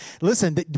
Listen